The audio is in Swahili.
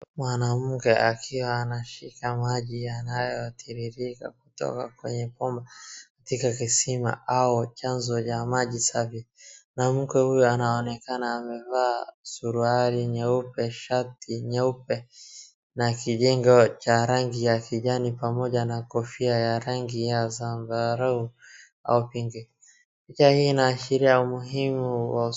Mwanamke akiwa anashika maji yanayotirirka kutoka kwenye bomba katika kisima au chanzo cha maji safi. Mwanamke huyu anaonekana amevaa suruali nyeupe shati nyeupe na rinda cha rangi ya kijani pamoja na kofia ya rangi ya zambarau au pinki,